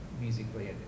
musically